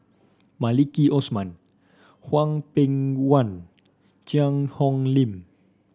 Maliki Osman Hwang Peng Yuan Cheang Hong Lim